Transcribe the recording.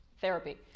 therapy